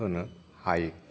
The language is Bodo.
होनो हायो